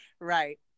Right